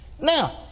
Now